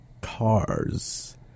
cars